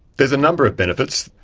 there's a number of benefits.